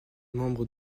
membre